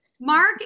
Mark